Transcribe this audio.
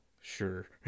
sure